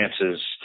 chances